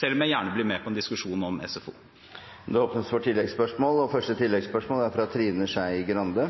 selv om jeg gjerne blir med på en diskusjon om SFO. Det åpnes for oppfølgingsspørsmål – først Trine Skei Grande.